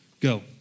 Go